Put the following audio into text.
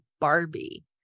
Barbie